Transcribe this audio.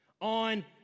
on